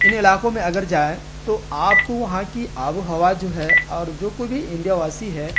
ان علاقوں میں اگر جائیں تو آپ کو وہاں کی آب و ہوا جو ہے اور جو کوئی بھی انڈیا واسی ہے